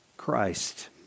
Christ